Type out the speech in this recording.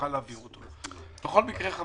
נעביר אותו גם אליכם.